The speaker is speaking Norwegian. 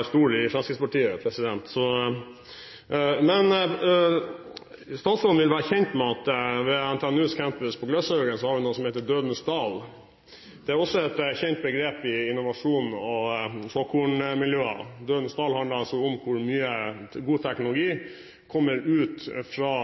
er stor i Fremskrittspartiet, president. Statsråden vil være kjent med at ved NTNUs campus på Gløshaugen har vi noe som heter Dødens Dal. Det er også et kjent begrep i innovasjons- og såkornmiljøene. Dødens Dal handler altså om hvor mye god, kommersiell teknologi som kommer ut fra